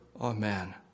Amen